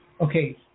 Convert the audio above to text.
Okay